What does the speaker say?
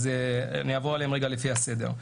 אני אעבור עליהם לפי הסדר.